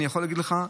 אני יכול להגיד לך,